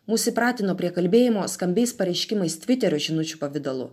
mus įpratino prie kalbėjimo skambiais pareiškimais tviterio žinučių pavidalu